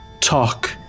talk